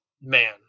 Man